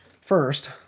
First